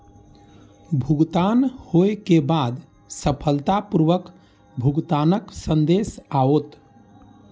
भुगतान होइ के बाद सफलतापूर्वक भुगतानक संदेश आओत